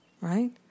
Right